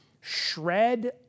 shred